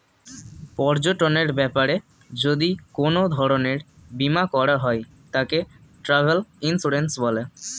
পর্যটনের ব্যাপারে যদি কোন ধরণের বীমা করা হয় তাকে ট্র্যাভেল ইন্সুরেন্স বলে